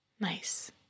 Nice